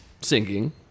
singing